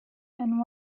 and